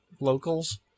locals